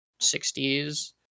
60s